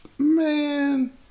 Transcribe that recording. Man